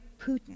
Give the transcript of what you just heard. putin